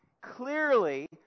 clearly